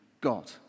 God